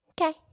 Okay